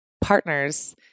partners